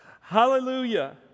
Hallelujah